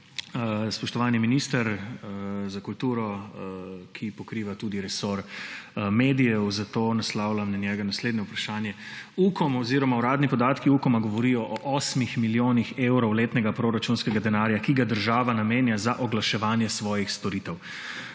spoštovani minister za kulturo, ki pokriva tudi resor medijev, zato naslavljam na njega naslednje vprašanje. Ukom oziroma uradni podatki Ukoma govorijo o 8 milijonih evrov letnega proračunskega denarja, ki ga država namenja za oglaševanje svojih storitev.